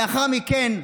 לאחר מכן,